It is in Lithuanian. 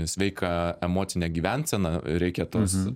sveiką emocinę gyvenseną reikia tos